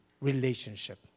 relationship